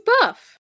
buff